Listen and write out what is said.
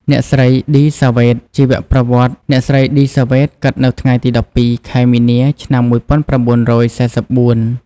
អ្នកស្រី ឌី សាវ៉េត ជីវប្រវត្តិ អ្នកស្រី ឌី សាវ៉េត កើតនៅថ្ងៃទី១២ ខែមីនា ឆ្នាំ១៩៤៤។